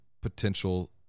potential